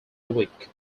week